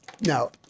Now